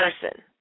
person